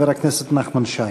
חבר הכנסת נחמן שי.